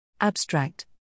Abstract